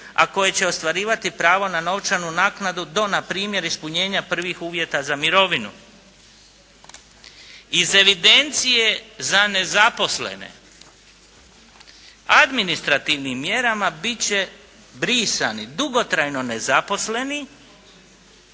a koje će ostvarivati pravo na novčanu naknadu do, npr. ispunjenja prvih uvjeta za mirovinu. Iz evidencije za nezaposlene administrativnim mjerama biti će brisani dugotrajno nezaposleni